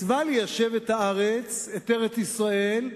מצווה ליישב את הארץ, את ארץ-ישראל,